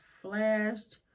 flashed